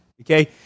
Okay